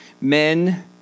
men